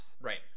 Right